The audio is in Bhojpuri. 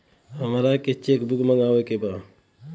हमारा के चेक बुक मगावे के बा?